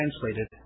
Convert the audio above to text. translated